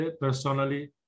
personally